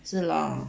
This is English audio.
是啦